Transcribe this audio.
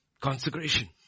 Consecration